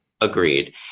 Agreed